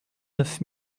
neuf